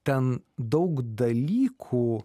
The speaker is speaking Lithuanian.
ten daug dalykų